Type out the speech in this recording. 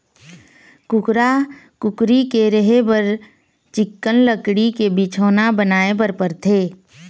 कुकरा, कुकरी के रहें बर चिक्कन लकड़ी के बिछौना बनाए बर परथे